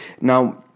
now